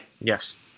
Yes